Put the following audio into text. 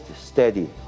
steady